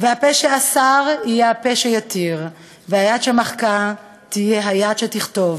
והפה שאסר יהיה הפה שיתיר והיד שמחקה תהיה היד שתכתוב.